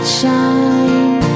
shine